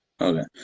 Okay